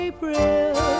April